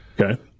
Okay